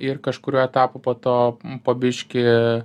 ir kažkuriuo etapu po to po biškį